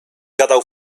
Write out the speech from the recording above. gadał